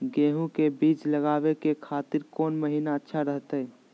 गेहूं के बीज लगावे के खातिर कौन महीना अच्छा रहतय?